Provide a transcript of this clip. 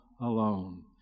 Alone